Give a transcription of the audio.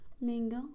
mango